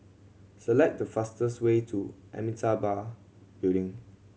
select the fastest way to Amitabha Building